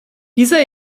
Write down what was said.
dieser